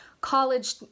college